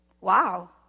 Wow